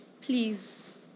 Please